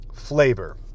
flavor